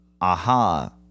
aha